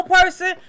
person